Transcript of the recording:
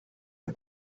the